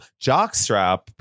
jockstrap